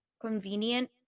convenient